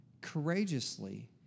courageously